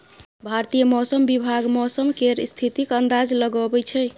भारतीय मौसम विभाग मौसम केर स्थितिक अंदाज लगबै छै